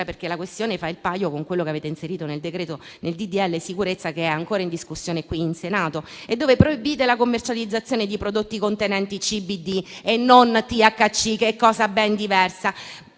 perché la questione fa il paio con quello che avete inserito nel disegno di legge sicurezza, che è ancora in discussione qui in Senato, e dove proibite la commercializzazione di prodotti contenenti CDB e non THC, che è cosa ben diversa.